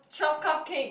Twelve Cupcakes